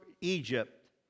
Egypt